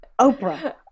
oprah